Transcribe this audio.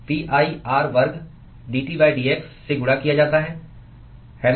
Pi r वर्ग dT dx से गुणा किया जाता है है ना